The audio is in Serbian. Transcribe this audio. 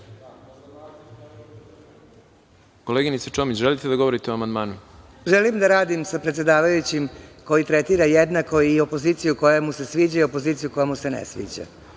Koleginice Čomić, želite da govorite o amandmanu? **Gordana Čomić** Želim da radim sa predsedavajućim, koji tretira jednako i opoziciju koja mu se sviđa i opoziciju koja mu se ne sviđa.